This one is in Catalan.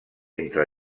entre